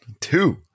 two